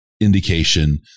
indication